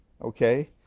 okay